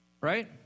right